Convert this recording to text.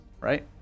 right